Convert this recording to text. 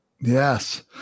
Yes